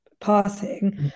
passing